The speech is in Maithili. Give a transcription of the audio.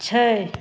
छै